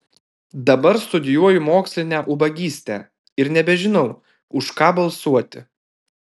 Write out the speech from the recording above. dabar studijuoju mokslinę ubagystę ir nebežinau už ką balsuoti